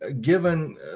given